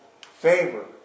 favor